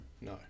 no